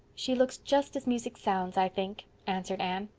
she looks just as music sounds, i think, answered anne.